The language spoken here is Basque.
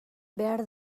behar